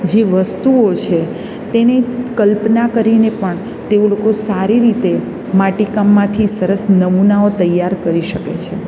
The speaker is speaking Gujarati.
જે વસ્તુઓ છે તેને કલ્પના કરીને પણ તેઓ લોકો સારી રીતે માટીકામમાંથી સરસ નમુનાઓ તૈયાર કરી શકે છે